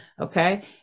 Okay